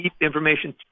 information